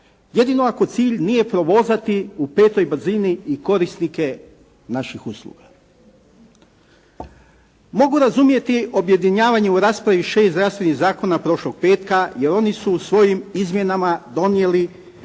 jedino ako cilj nije provozati u petoj brzini i korisnike naših usluga. Mogu razumjeti objedinjavanje u raspravi šest zdravstvenih zakona prošlog petka, jer oni su svojim izmjenama donijeli